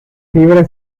fibra